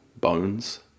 bones